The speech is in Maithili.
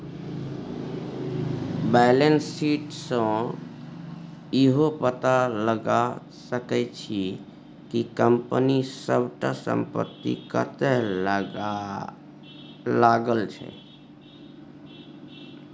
बैलेंस शीट सँ इहो पता लगा सकै छी कि कंपनी सबटा संपत्ति कतय लागल छै